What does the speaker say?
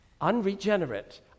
Unregenerate